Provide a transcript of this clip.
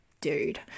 dude